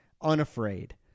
Unafraid